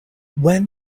when